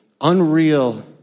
unreal